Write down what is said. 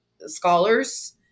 scholars